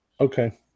Okay